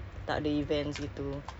oh